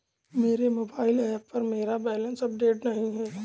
मेरे mobile app पर मेरा बैलेंस अपडेट नहीं है